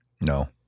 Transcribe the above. No